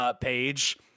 page